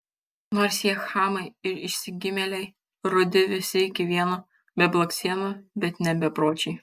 nors jie chamai ir išsigimėliai rudi visi iki vieno be blakstienų bet ne bepročiai